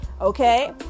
Okay